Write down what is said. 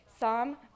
Psalm